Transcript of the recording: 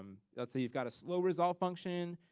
um let's say you've got a slow resolve function.